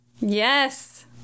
yes